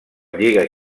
lliga